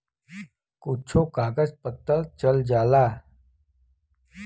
कुच्छो कागज पत्तर चल जाला